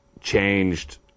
changed